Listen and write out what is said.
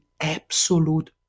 absolute